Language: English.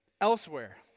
Elsewhere